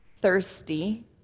thirsty